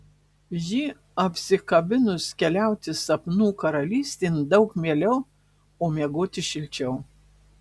jį apsikabinus keliauti sapnų karalystėn daug mieliau o miegoti šilčiau